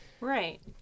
right